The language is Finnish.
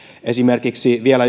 esimerkiksi vielä